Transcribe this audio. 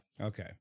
Okay